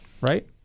Right